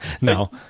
No